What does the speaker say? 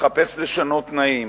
נחפש לשנות תנאים,